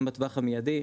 אם בטווח המיידי,